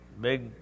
big